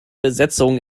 besetzung